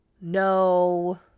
No